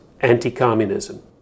anti-communism